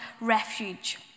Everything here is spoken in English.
refuge